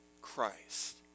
Christ